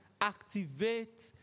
activate